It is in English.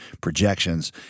projections